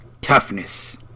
Toughness